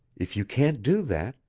if you can't do that,